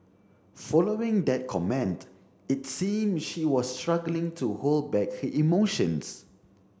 following that comment it seemed she was struggling to hold back he emotions